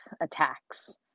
attacks